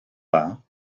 dda